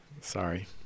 Sorry